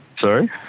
Sorry